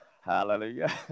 Hallelujah